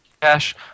cash